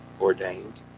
ordained